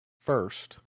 first